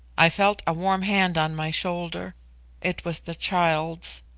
i felt a warm hand on my shoulder it was the child's.